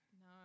No